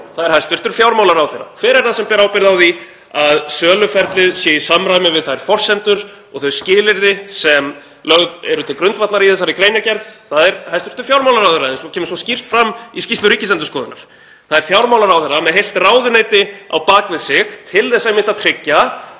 Það er hæstv. fjármálaráðherra? Hver er það sem ber ábyrgð á því að söluferlið sé í samræmi við þær forsendur og þau skilyrði sem lögð eru til grundvallar í þessari greinargerð? Það er hæstv. fjármálaráðherra eins og kemur svo skýrt fram í skýrslu Ríkisendurskoðunar. Það er fjármálaráðherra með heilt ráðuneyti á bak við sig til þess einmitt að tryggja